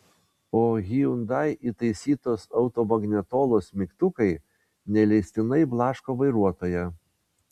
o hyundai įtaisytos automagnetolos mygtukai neleistinai blaško vairuotoją